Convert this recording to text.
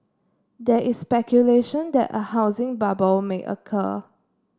there is speculation that a housing bubble may occur